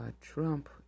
Trump